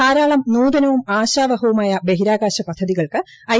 ധാരാളം നൂതനവും ആശാവഹവുമായ ബഹിരാകാശ പദ്ധതികൾക്ക് ഐ